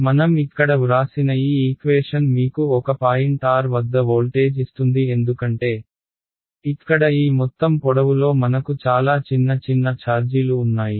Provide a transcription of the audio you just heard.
కాబట్టి మనం ఇక్కడ వ్రాసిన ఈ ఈక్వేషన్ మీకు ఒక పాయింట్ r వద్ద వోల్టేజ్ ఇస్తుంది ఎందుకంటే ఇక్కడ ఈ మొత్తం పొడవులో మనకు చాలా చిన్న చిన్న ఛార్జీలు ఉన్నాయి